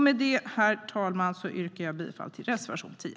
Med detta, herr talman, yrkar jag bifall till reservation 10.